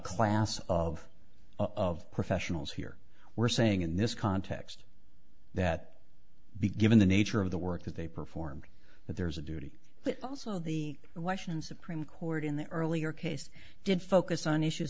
class of of professionals here we're saying in this context that be given the nature of the work that they performed but there's a duty but also the washington supreme court in the earlier case did focus on issues